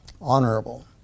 Honorable